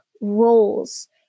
roles